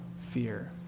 fear